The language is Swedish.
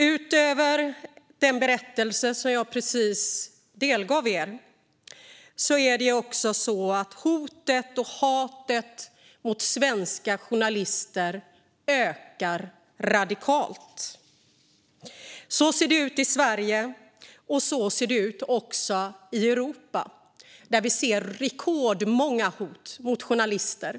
Utöver den berättelse jag precis delgav er är det så att hotet och hatet mot svenska journalister ökar radikalt. Så ser det ut i Sverige, och så ser det ut i Europa, där vi ser rekordmånga hot mot journalister.